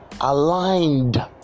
aligned